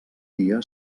dia